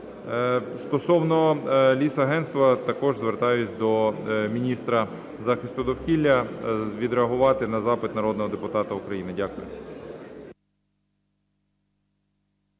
Стосовно Лісагентства, також звертаюсь до міністра захисту довкілля відреагувати на запит народного депутата України. Дякую.